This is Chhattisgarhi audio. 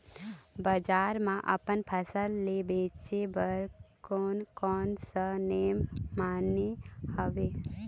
बजार मा अपन फसल ले बेचे बार कोन कौन सा नेम माने हवे?